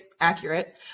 accurate